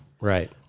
right